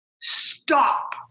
stop